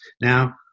now